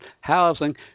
housing